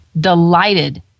delighted